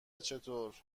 چطور